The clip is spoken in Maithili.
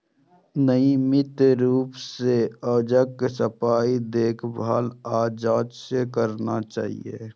नियमित रूप सं औजारक सफाई, देखभाल आ जांच करना चाही